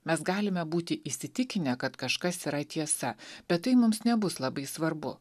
mes galime būti įsitikinę kad kažkas yra tiesa bet tai mums nebus labai svarbu